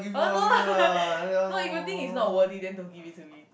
uh no lah no if you think it's not worthy then don't give it to me